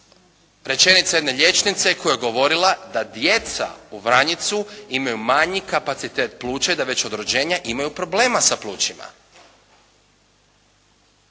rečenice jedne liječnice koja je govorila da djeca u Vranjicu imaju manji kapacitet pluća i da već od rođenja imaju problema sa plućima.